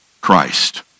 Christ